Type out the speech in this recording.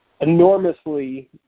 enormously